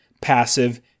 passive